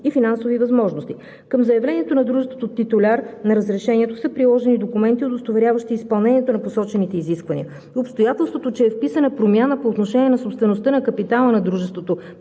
и финансови възможности. Към заявлението на дружеството – титуляр на разрешението, са приложени документи, удостоверяващи изпълненията на посочените изисквания. Обстоятелството, че е вписана промяна по отношение на собствеността на капитала на дружеството